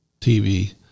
TV